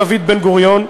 דוד בן-גוריון,